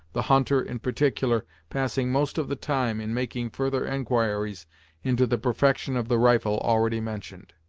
the hunter, in particular, passing most of the time in making further enquiries into the perfection of the rifle already mentioned.